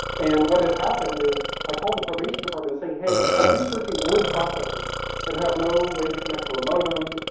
and what had happened is i called the probation department, saying, hey, i was researching word processors that have no way to connect to a modem,